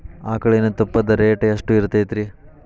ಆಕಳಿನ ತುಪ್ಪದ ರೇಟ್ ಎಷ್ಟು ಇರತೇತಿ ರಿ?